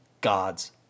God's